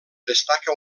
destaca